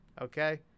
Okay